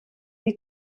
die